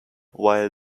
while